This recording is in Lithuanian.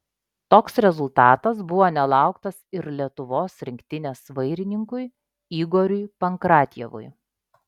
toks rezultatas buvo nelauktas ir lietuvos rinktinės vairininkui igoriui pankratjevui